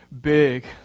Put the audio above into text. big